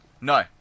No